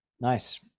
Nice